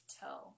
toe